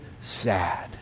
sad